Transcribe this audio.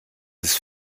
ist